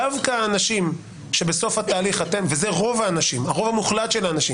דווקא אנשים שבסוף התהליך אתם וזה רוב מוחלט של האנשים